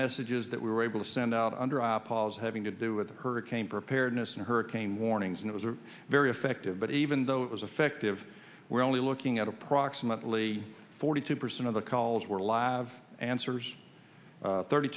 messages that we were able to send out under our pauls having to do with hurricane preparedness and hurricane warnings and it was a very effective but even though it was effective we're only looking at approximately forty two percent of the calls were alive answer thirty